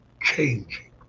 changing